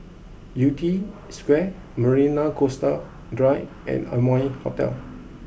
Yew Tee Square Marina Coastal Drive and Amoy Hotel